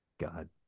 God